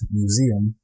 museum